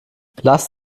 lasst